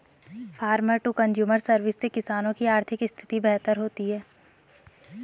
farmer to consumer service से किसानों की आर्थिक स्थिति बेहतर होती है